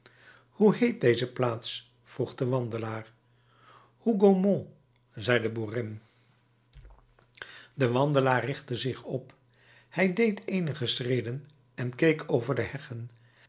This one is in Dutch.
hoe heet deze plaats vroeg de wandelaar hougomont zei de boerin de wandelaar richtte zich op hij deed eenige schreden en keek over de heggen